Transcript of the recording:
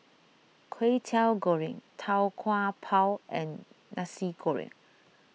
Kway Teow Goreng Tau Kwa Pau and Nasi Goreng